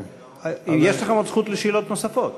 יש לכם עוד זכות לשאלות נוספות.